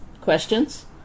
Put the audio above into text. questions